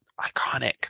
Iconic